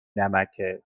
نمکه